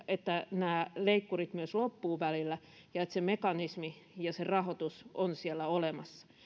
että nämä leikkurit myös loppuvat välillä ja se mekanismi ja se rahoitus on siellä olemassa